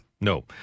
No